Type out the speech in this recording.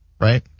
right